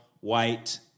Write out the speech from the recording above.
white